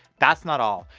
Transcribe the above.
that's not all,